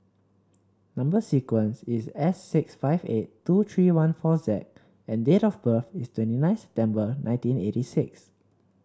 number sequence is S six five eight two three one four Z and date of birth is twenty nine September nineteen eighty six